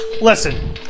listen